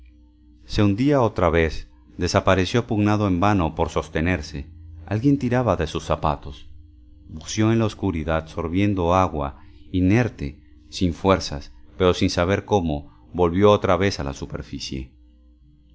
se hundía otra vez desapareció pugnando en vano por sostenerse alguien tiraba de sus zapatos buceó en la oscuridad sorbiendo agua inerte sin fuerzas pero sin saber cómo volvió otra vez a la superficie